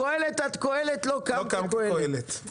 מקהלת עד קהלת לא קם כקהלת.